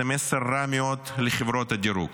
זה מסר רע מאוד לחברות הדירוג,